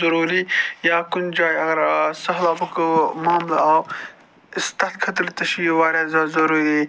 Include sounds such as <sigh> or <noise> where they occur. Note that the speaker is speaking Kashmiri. ضٔروٗری یا کُنہِ جایہِ اگر سٔہلابُک <unintelligible> معاملہٕ آو تَتھ خٲطرٕ تہِ چھُ یہِ واریاہ زیاد ضٔروٗری